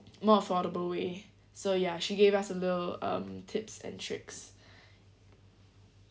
more affordable way so ya she gave us a little um tips and tricks